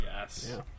Yes